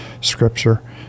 scripture